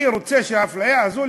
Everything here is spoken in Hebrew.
אני רוצה שהאפליה הזאת,